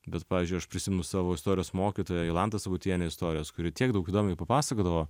bet pavyzdžiui aš prisimenu savo istorijos mokytoją jolantą sabutienę istorijos kuri tiek daug įdomiai papasakodavo